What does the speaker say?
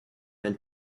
and